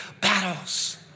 battles